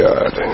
God